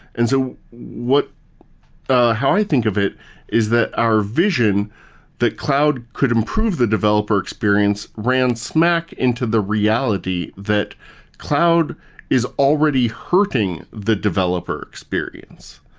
and so ah how i think of it is that our vision that cloud could improve the developer experience ran smack into the reality that cloud is already hurting the developer experience.